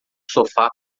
sofá